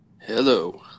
hello